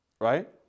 right